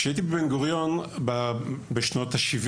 כשהייתי בבן-גוריון בשנות ה-70